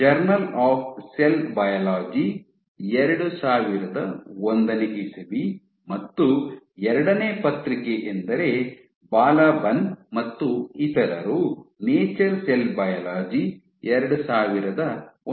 journal of cell biology 2001 ಮತ್ತು ಎರಡನೇ ಪತ್ರಿಕೆವೆಂದರೆ ಬಾಲಬನ್ ಮತ್ತು ಇತರರು ನೇಚರ್ ಸೆಲ್ ಬಯಾಲಜಿ 2001